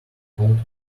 cold